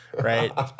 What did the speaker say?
right